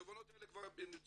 התובנות האלה כבר נמצאות,